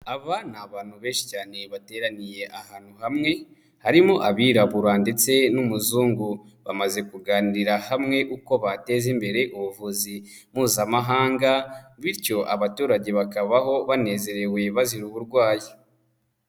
Aba ni abantu benshi cyane bateraniye ahantu hamwe, harimo abirabura ndetse n'umuzungu bamaze kuganirira hamwe uko bateza imbere ubuvuzi mpuzamahanga, bityo abaturage bakabaho banezerewe bazira uburwayi.